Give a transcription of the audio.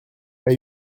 pas